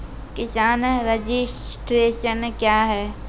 किसान रजिस्ट्रेशन क्या हैं?